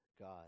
God